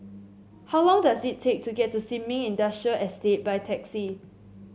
how long does it take to get to Sin Ming Industrial Estate by taxi